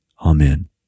Amen